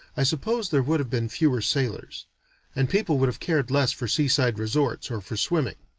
i suppose there would have been fewer sailors and people would have cared less for seaside resorts, or for swimming.